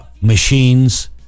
Machines